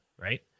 right